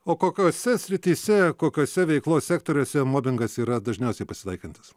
o kokiose srityse kokiose veiklos sektoriuose mobingas yra dažniausiai pasitaikantis